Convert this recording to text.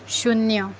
शून्य